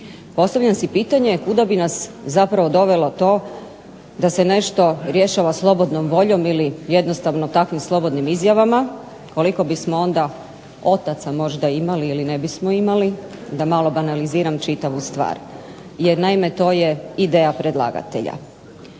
Postavljam si pitanje kuda bi nas zapravo dovelo to da se nešto rješava slobodnom voljom ili jednostavno takvim slobodnim izjavama. Koliko bismo onda otaca možda imali ili ne bismo imali da malo banaliziram čitavu stvar. Jer naime to je ideja predlagatelja.